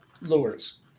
lures